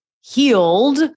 healed